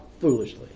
foolishly